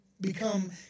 become